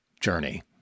journey